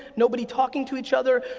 nobody talking to each other,